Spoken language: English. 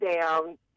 down